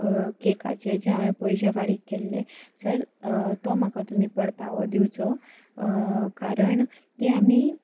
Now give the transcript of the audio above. केकाचे जे हांवें पयशे फारीक केल्ले सर तो म्हाका तुमी परतावो दिवचो कारण ते आमी